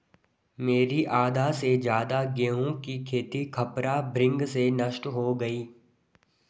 मेरी आधा से ज्यादा गेहूं की खेती खपरा भृंग से नष्ट हो गई